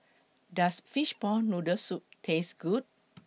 Does Fishball Noodle Soup Taste Good